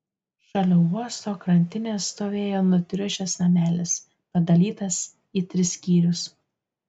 šalia uosto krantinės stovėjo nutriušęs namelis padalytas į tris skyrius